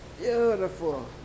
Beautiful